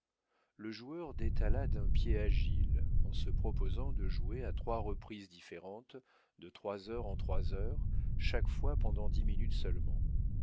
le joueur détala d'un pied agile en se proposant de jouer à trois reprises différentes de trois heures en trois heures chaque fois pendant dix minutes seulement